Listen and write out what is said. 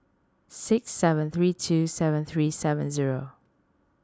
six seven three two seven three seven zero